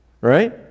Right